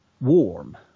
warm